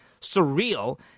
surreal